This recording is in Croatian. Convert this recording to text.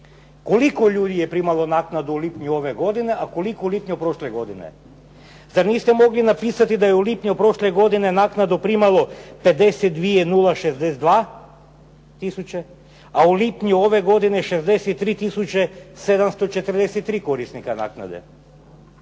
Koliko ju je primalo u lipnju ove godine, a koliko u lipnju prošle godine? Zar niste mogli napisati da je lipnju prošle godina naknadu primalo 52 062 tisuće, a u lipnju ove godine 63 tisuće 743 korisnika naknade?